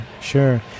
Sure